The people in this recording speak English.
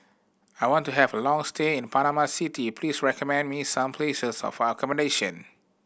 I want to have a long stay in Panama City please recommend me some places of accommodation